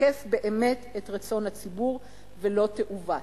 תשקף באמת את רצון הציבור ולא תעוות.